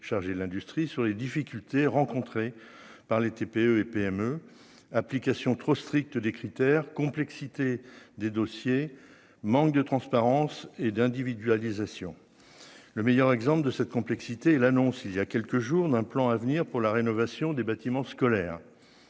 chargé de l'industrie sur les difficultés rencontrées par les TPE et PME application trop stricte des critères complexité des dossiers, manque de transparence et d'individualisation, le meilleur exemple de cette complexité et l'annonce, il y a quelques jours d'un plan à venir pour la rénovation des bâtiments scolaires,